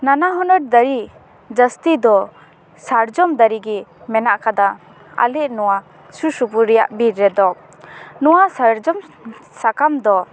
ᱱᱟᱱᱟᱦᱩᱱᱟᱹᱨ ᱫᱟᱨᱮ ᱡᱟᱹᱥᱛᱤ ᱫᱚ ᱥᱟᱨᱡᱚᱢ ᱫᱟᱨᱮ ᱜᱮ ᱢᱮᱱᱟᱜ ᱟᱠᱟᱫᱟ ᱟᱞᱮ ᱱᱚᱣᱟ ᱥᱩᱨᱥᱩᱯᱩᱨ ᱨᱮᱭᱟᱜ ᱵᱤᱨ ᱨᱮᱫᱚ ᱱᱚᱣᱟ ᱥᱟᱨᱡᱚᱢ ᱥᱟᱠᱟᱢ ᱫᱚ